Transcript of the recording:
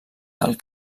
del